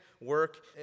work